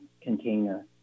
container